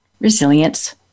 resilience